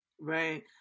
Right